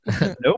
Nope